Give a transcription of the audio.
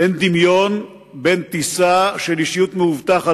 אין דמיון בין טיסה של אישיות מאובטחת